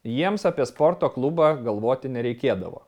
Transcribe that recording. jiems apie sporto klubą galvoti nereikėdavo